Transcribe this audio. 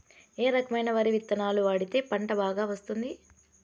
ఏ రకమైన వరి విత్తనాలు వాడితే పంట బాగా వస్తుంది?